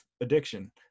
addiction